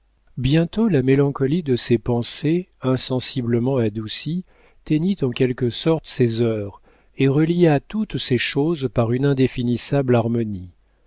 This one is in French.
bientôt la mélancolie de ses pensées insensiblement adoucie teignit en quelque sorte ses heures et relia toutes ces choses par une indéfinissable harmonie